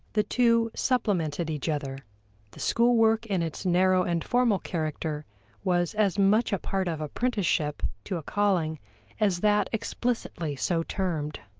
the two supplemented each other the school work in its narrow and formal character was as much a part of apprenticeship to a calling as that explicitly so termed.